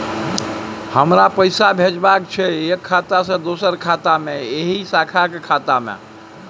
हमरा पैसा भेजबाक छै एक खाता से दोसर खाता मे एहि शाखा के खाता मे?